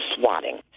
swatting